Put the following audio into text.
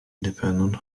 dependent